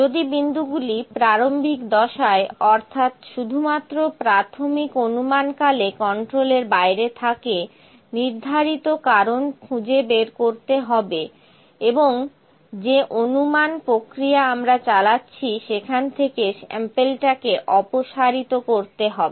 যদি বিন্দুগুলো প্রারম্ভিক দশায় অর্থাৎ শুধুমাত্র প্রাথমিক অনুমানকালে কন্ট্রোলের বাইরে থাকে নির্ধারিত কারণ খুঁজে বের করতে হবে এবং যে অনুমান প্রক্রিয়া আমরা চালাচ্ছি সেখান থেকে স্যাম্পেলটাকে অপসারিত করতে হবে